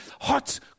hot